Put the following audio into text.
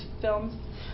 films